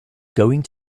going